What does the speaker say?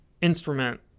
instrument